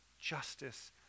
justice